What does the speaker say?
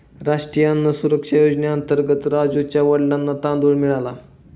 राष्ट्रीय अन्न सुरक्षा योजनेअंतर्गत राजुच्या वडिलांना तांदूळ मिळाला